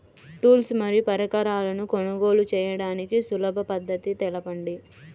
Tools మరియు పరికరాలను కొనుగోలు చేయడానికి సులభ పద్దతి తెలపండి?